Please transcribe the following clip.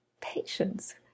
patience